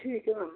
ठीक है मैम